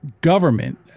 Government